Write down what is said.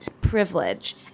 privilege